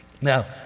Now